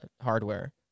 hardware